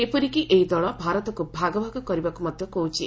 ଏପରିକି ଏହି ଦଳ ଭାରତକୁ ଭାଗ ଭାଗ କରିବାକୁ ମଧ୍ୟ କହୁଛି